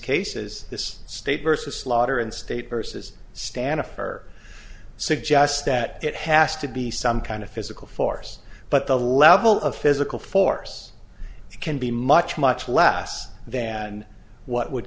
cases this state versus slaughter and state versus stand her suggest that it has to be some kind of physical force but the level of physical force can be much much less than what would